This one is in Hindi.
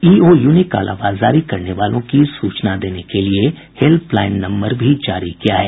ईओयू ने कालाबाजारी करने वालों की सूचना देने के लिए हेल्पलाईन नम्बर भी जारी किया है